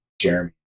jeremy